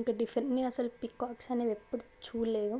ఇంకా డిఫరెంట్ నేను అసలు పీకాక్స్ అనేవి చూడలేదు